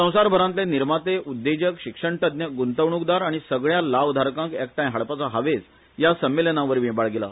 संवसारभरांतले निर्माते उद्देजक शिक्षण तज्ञ ग्रंतवणूकदार आनी सगळ्यां लावधारकांक एकठांय हाडपाचो हावेस या संमलेनावरवी बाळगिला